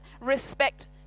respect